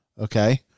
Okay